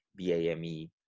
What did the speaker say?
BAME